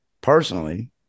personally